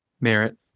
merit